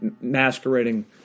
masquerading